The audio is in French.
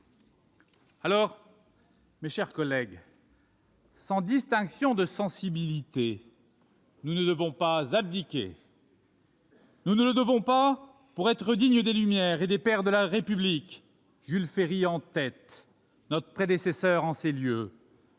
lors, mes chers collègues, sans distinction de sensibilité, nous ne devons pas abdiquer. Quel courage ! Nous ne le devons pas, pour être dignes des Lumières et des pères de la République, Jules Ferry- notre prédécesseur en ces lieux